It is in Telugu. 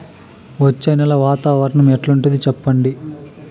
వచ్చే నెల వాతావరణం ఎట్లుంటుంది చెప్పండి?